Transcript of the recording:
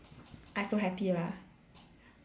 I so happy lah